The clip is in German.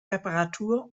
reparatur